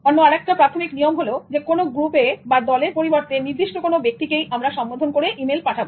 অন্য আর একটা প্রাথমিক নিয়ম হোল কোন গ্রুপে বা দলের পরিবর্তে নির্দিষ্ট কোন ব্যক্তিকেই আমরা সম্বোধন করে ই মেইল পাঠাবো